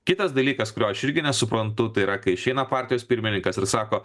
kitas dalykas kurio aš irgi nesuprantu tai yra kai išeina partijos pirmininkas ir sako